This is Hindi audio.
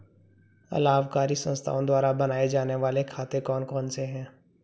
अलाभकारी संस्थाओं द्वारा बनाए जाने वाले खाते कौन कौनसे हैं?